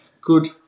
good